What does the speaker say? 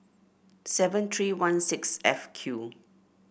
seven three one six F Q